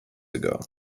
ago